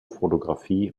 fotografie